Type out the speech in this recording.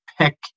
pick